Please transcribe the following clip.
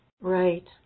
Right